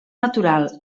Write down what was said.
natural